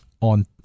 on